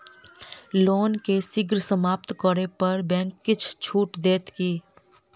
loan केँ शीघ्र समाप्त करै पर बैंक किछ छुट देत की